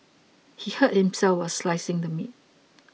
he hurt himself while slicing the meat